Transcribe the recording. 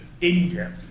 India